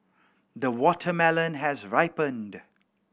the watermelon has ripened